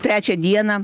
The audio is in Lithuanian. trečią dieną